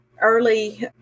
early